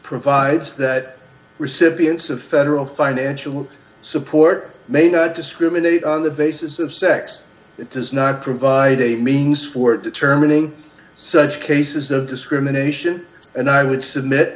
provides that recipients of federal financial support may not discriminate on the basis of sex it does not provide a means for determining such cases of discrimination and i would submit